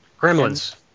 Gremlins